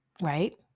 right